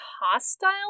hostile